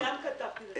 אני גם כתבתי לך.